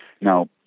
Now